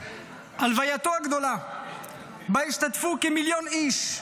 הלווייתו הגדולה, שבה השתתפו כמיליון איש,